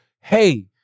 hey